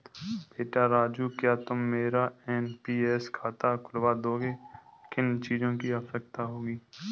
बेटा राजू क्या तुम मेरा एन.पी.एस खाता खुलवा दोगे, किन चीजों की आवश्यकता होगी?